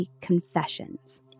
Confessions